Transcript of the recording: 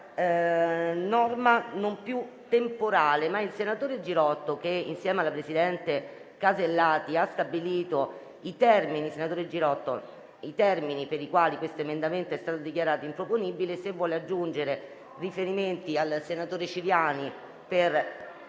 la norma non più temporale. Chiedo al senatore Girotto, che insieme alla presidente Alberti Casellati ha stabilito i termini per i quali l'emendamento è stato dichiarato improponibile, se vuole aggiungere riferimenti al senatore Ciriani per